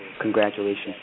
Congratulations